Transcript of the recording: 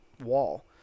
wall